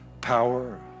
power